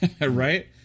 right